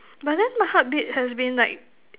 but then my heartbeat has been like